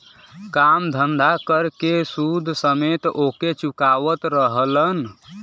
काम धंधा कर के सूद समेत ओके चुकावत रहलन